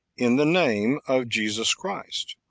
in the name of jesus christ,